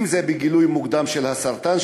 אם זה בגילוי מוקדם של הסרטן,